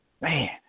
Man